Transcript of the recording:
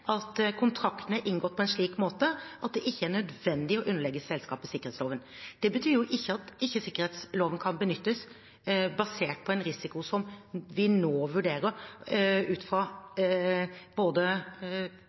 at kontraktene er inngått på en slik måte at det ikke er nødvendig å underlegge selskapet sikkerhetsloven. Det betyr jo ikke at ikke sikkerhetsloven kan benyttes basert på en risiko som vi nå vurderer ut